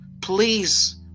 please